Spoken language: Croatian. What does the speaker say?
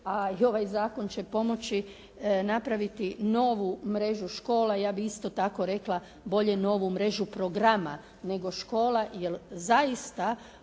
a i ovaj zakon će pomoći napraviti novu mrežu škola, ja bih isto tako rekla, bolje novu mrežu programa, nego škola jer zaista